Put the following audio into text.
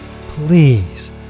Please